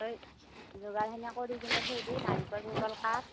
তই যোগাৰখিনি কৰি কিনে থৈ দি নাৰিকল চাৰিকল কাট